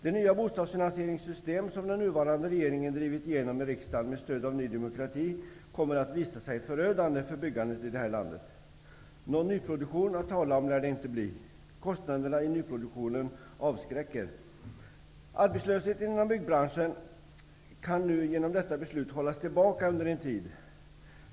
Det nya bostadsfinansieringssystem som den nuvarande regeringen drivit igenom i riksdagen med stöd av Ny demokrati kommer att visa sig förödande för byggandet i landet. Någon nyproduktion att tala om lär det inte bli. Kostnaderna i nyproduktionen avskräcker. Arbetslösheten inom byggbranschen kan nu genom detta beslut hållas tillbaka under en tid.